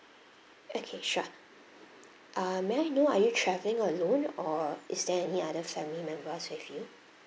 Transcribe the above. okay sure uh may I know are you travelling alone or is there any other family members with you